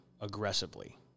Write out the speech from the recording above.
aggressively